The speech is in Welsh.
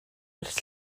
ers